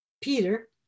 Peter